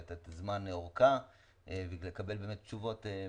לתת זמן אורכה ולקבל תשובות מדויקות.